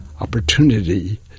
opportunity